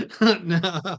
No